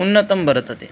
उन्नतं वर्तते